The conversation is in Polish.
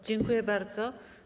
Dziękuję bardzo.